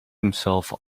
himself